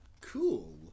Cool